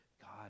God